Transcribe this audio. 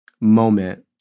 moment